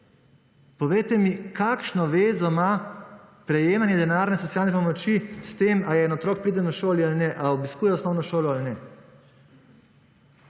Povejte mi kakšno vezo ima prejemanje denarne socialne pomoči s tem ali eden otrok pride na šolo ali ne ali obiskuje osnovno šolo ali ne.